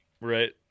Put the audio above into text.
right